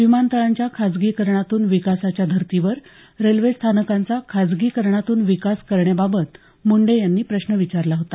विमानतळांच्या खासगीकरणातून विकासाच्या धर्तीवर रेल्वेस्थानकांचा खासगीकरणातून विकास करण्याबाबत मुंडे यांनी प्रश्न विचारला होता